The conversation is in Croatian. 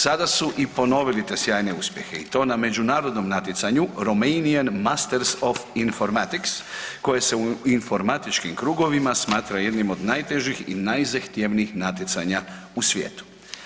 Sada su i ponovili i te sjajne uspjehe i to na Međunarodnom natjecanju Romanian Master of Informatics koje se u informatičkim krugovima smatra jednim od najtežih i najzahtjevnijih natjecanja u svijetu.